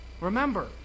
Remember